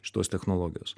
šitos technologijos